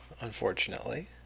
unfortunately